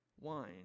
wine